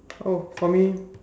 oh for me